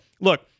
look